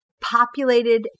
populated